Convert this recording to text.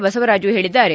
ಬಸವರಾಜು ಹೇಳಿದ್ದಾರೆ